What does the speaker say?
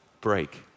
break